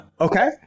Okay